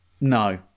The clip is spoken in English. No